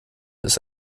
ist